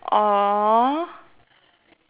or